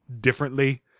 differently